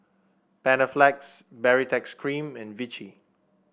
Panaflex Baritex Cream and Vichy